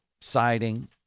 siding